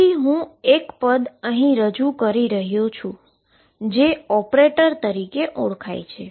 તેથી હું એક પદ અહી રજૂ કરી રહ્યો છું જે ઓપરેટર તરીકે ઓળખાય છે